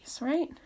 right